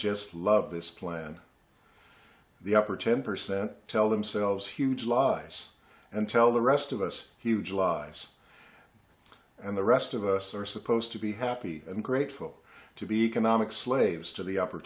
just love this plan the upper ten percent tell themselves huge loss and tell the rest of us huge lives and the rest of us are supposed to be happy and grateful to be economic slaves to the upper